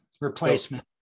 replacement